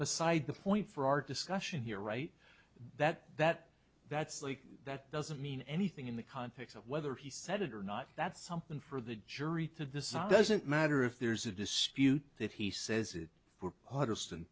beside the point for our discussion here right that that that's like that doesn't mean anything in the context of whether he said it or not that's something for the jury to decide doesn't matter if there's a dispute that he says it for august and